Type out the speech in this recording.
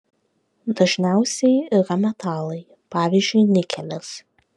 dažniausiai yra metalai pavyzdžiui nikelis